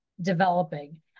developing